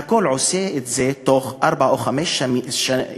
הכול הוא עושה בארבעה או חמישה ימים,